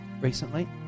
recently